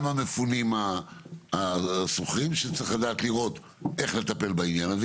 גם המפונים השוכרים שצריך לדעת לראות איך לטפל בעניין הזה,